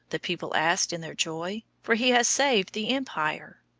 the people asked in their joy for he has saved the empire.